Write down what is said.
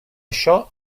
això